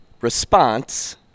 response